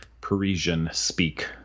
Parisian-speak